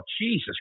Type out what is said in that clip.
Jesus